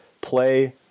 play